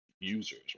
users